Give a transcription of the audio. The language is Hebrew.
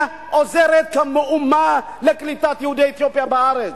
עוזרת מאומה לקליטת יהודי אתיופיה בארץ.